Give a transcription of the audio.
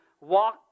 walk